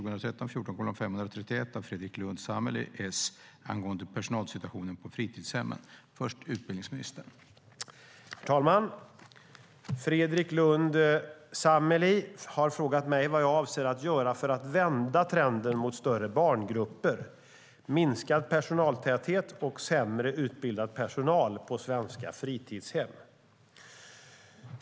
Herr talman! Fredrik Lundh Sammeli har frågat mig vad jag avser att göra för att vända trenden mot större barngrupper, minskad personaltäthet och sämre utbildad personal på svenska fritidshem.